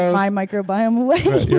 my microbiome away you're